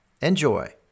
Enjoy